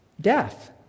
death